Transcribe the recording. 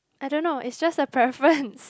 I don't know it's just a preference